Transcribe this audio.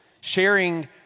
sharing